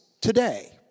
today